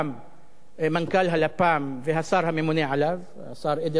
מנכ"ל הלפ"מ והשר הממונה עליו, השר אדלשטיין.